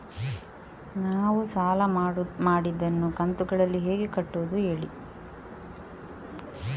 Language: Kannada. ನಾವು ಸಾಲ ಮಾಡಿದನ್ನು ಕಂತುಗಳಲ್ಲಿ ಹೇಗೆ ಕಟ್ಟುದು ಹೇಳಿ